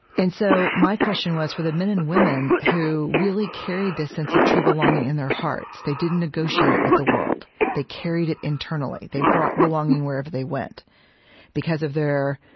and so my question was, for the men and women who really carried this sense of true belonging in their hearts they didn't negotiate it with the world they carried it internally they brought belonging wherever they went because of their